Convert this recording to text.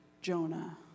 Jonah